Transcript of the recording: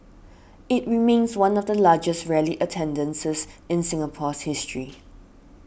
it remains one of the largest rally attendances in Singapore's history